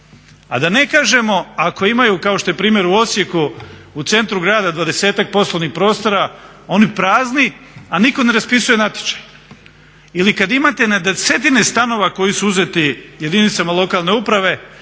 A da ne kažemo ako imaju, kao što je primjer u Osijeku u centru grada 20-ak poslovnih prostora oni prazni, a nitko ne raspisuje natječaj. Ili kad imate na desetine stanova koji su uzeti jedinicama lokalne uprave